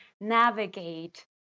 navigate